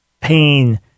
pain